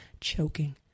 choking